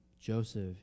Joseph